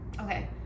Okay